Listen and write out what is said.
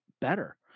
better